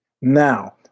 Now